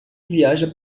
viaja